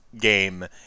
game